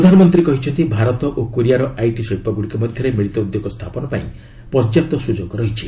ପ୍ରଧାନମନ୍ତ୍ରୀ କହିଛନ୍ତି ଭାରତ ଓ କୋରିଆର ଆଇଟି ଶିଳ୍ପଗୁଡ଼ିକ ମଧ୍ୟରେ ମିଳିତ ଉଦ୍ୟୋଗ ସ୍ଥାପନ ପାଇଁ ପର୍ଯ୍ୟାପ୍ତ ସୁଯୋଗ ରହିଛି